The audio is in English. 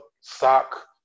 sock